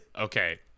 Okay